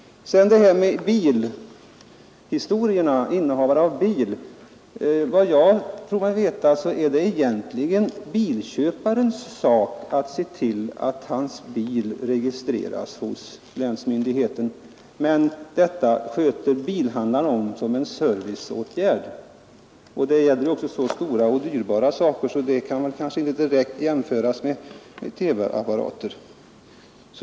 Vad beträffar bilregistreringen är det, efter vad jag tror mig veta, bilköparens sak att se till att hans bil registreras hos länsmyndigheten, men bilhandlaren sköter det som en serviceåtgärd. Bilar är dessutom så dyrbara att de väl inte direkt kan jämföras med TV-apparater.